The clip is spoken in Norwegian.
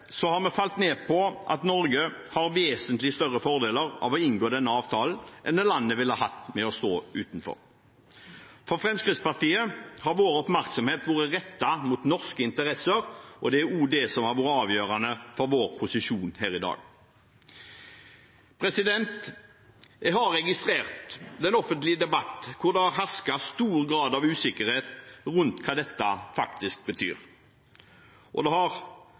har vi falt ned på at Norge har vesentlig større fordeler av å inngå denne avtalen enn hva landet ville hatt ved å stå utenfor. For Fremskrittspartiets del har vår oppmerksomhet vært rettet mot norske interesser, og det er også det som har vært avgjørende for vår posisjon her i dag. Jeg har registrert den offentlige debatten, hvor det har hersket stor grad av usikkerhet rundt hva dette faktisk betyr, og det har